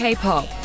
K-pop